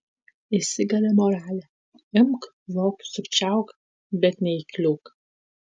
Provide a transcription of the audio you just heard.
įsigali moralė imk vok sukčiauk bet neįkliūk